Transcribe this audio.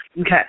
Okay